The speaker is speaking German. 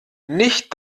nicht